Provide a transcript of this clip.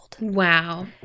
Wow